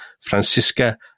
Francisca